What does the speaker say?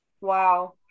wow